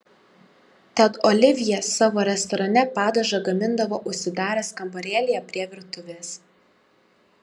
tad olivjė savo restorane padažą gamindavo užsidaręs kambarėlyje prie virtuvės